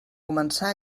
començar